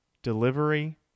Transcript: Delivery